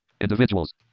Individuals